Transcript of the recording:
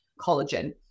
collagen